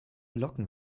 locken